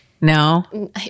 no